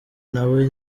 nawe